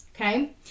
Okay